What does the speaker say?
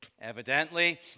evidently